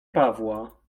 pawła